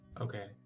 Okay